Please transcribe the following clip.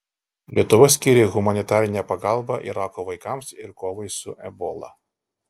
lietuva skyrė humanitarinę pagalbą irako vaikams ir kovai su ebola